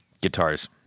guitars